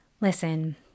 listen